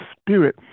spirit